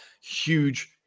huge